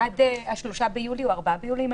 עד 3 או 4 ביולי.